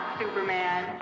Superman